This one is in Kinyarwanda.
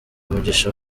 mugisha